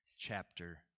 chapter